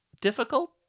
difficult